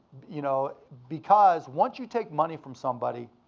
you know because once you take money from somebody,